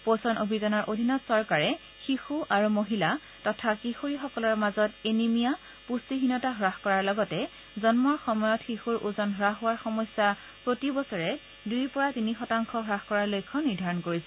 পোখন অভিযানৰ অধীনত চৰকাৰে শিশুসকল আৰু মহিলা তথা প্ৰাপ্তবয়স্ক ছোৱালীৰ মাজত এনিমিয়া পুষ্টিহীনতা হাস কৰাৰ লগতে জন্মৰ সময়ত শিশুৰ ওজন হাস হোৱাৰ সমস্যা প্ৰতি বছৰে দুইৰ পৰা তিনি শতাংশ হাস কৰাৰ লক্ষ্য নিৰ্ধাৰণ কৰা হৈছে